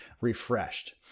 refreshed